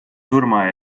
surma